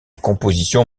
composition